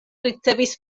ricevis